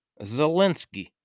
Zelensky